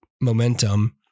momentum